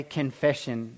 confession